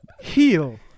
Heal